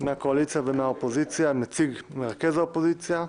מהקואליציה ומהאופוזיציה, נציג מרכז האופוזיציה,